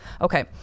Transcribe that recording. Okay